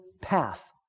path